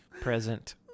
present